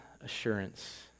assurance